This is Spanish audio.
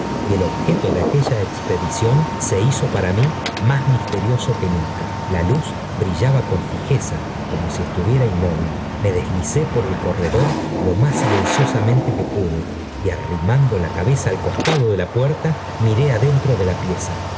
y el objeto de aquella expedición se hizo para mí más mistenoso que nunca la luz brillaba con fijeza como si estuviera inmóvil me deslicé por el corredor lo más siienciosamente que pude y arrimando la cabeza al costado de la puerta miré adentro de xa pieza